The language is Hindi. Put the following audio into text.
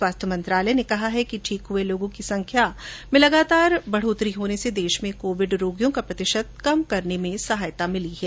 स्वास्थ्य मंत्रालय ने कहा है कि ठीक हुए लोगों की संख्या में लगातार वृद्धि होने से देश में कोविड रोगियों का प्रतिशत कम करने में मदद मिली है